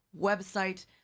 website